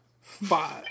five